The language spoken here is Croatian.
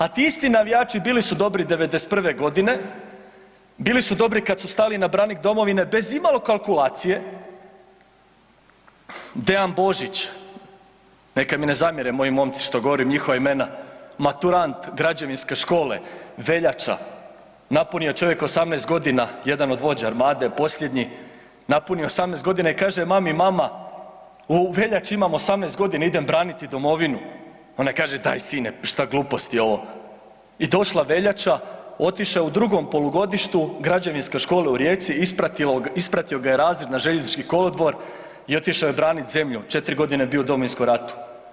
A ti isti navijači bili su dobri '91. g., bili su dobri kad su stali na branik domovine bez imalo kalkulacije, Dean Božić, neka mi ne zamjere moji momci što govorim imena, maturant Građevinske škole, veljača, napunio čovjek 18 g., jedan od vođa Armade, posljednji i kaže mami, mama, u veljači imam 18. g. idem braniti domovinu, ona kaže daj sine, pa šta gluposti ovo, i došla veljača, otišao u drugom polugodištu Građevinske škole u Rijeci, ispratio ga je razred na željeznički kolodvor i otišao je branit zemlju, 4 g. je bio u Domovinskom ratu.